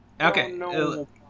okay